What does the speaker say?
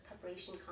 preparation